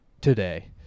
today